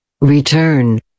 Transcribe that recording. Return